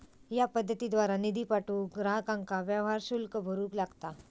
या पद्धतीद्वारा निधी पाठवूक ग्राहकांका व्यवहार शुल्क भरूक लागता